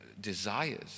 desires